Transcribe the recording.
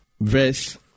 verse